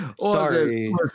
Sorry